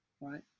right